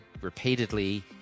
repeatedly